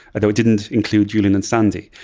though it didn't include julian and sandy.